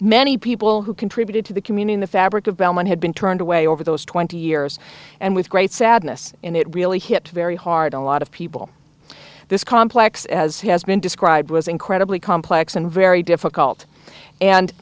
many people who contributed to the commune in the fabric of belmont had been turned away over those twenty years and with great sadness and it really hit very hard a lot of people this complex as has been described was incredibly complex and very difficult and